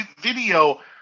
video